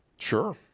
sure.